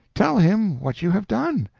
tell him what you have done.